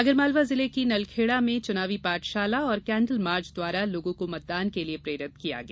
आगरमालवा जिले की नलखेड़ा में चुनावी पाठशाला और केंडिल मार्च द्वारा लोगों को मतदान के लिए प्रेरित किया गया